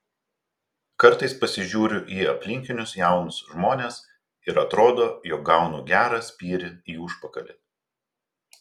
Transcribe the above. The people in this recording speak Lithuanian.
kartais pasižiūriu į aplinkinius jaunus žmones ir atrodo jog gaunu gerą spyrį į užpakalį